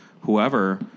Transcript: whoever